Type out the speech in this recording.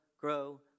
grow